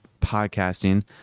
podcasting